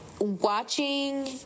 watching